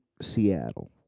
Seattle